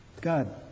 God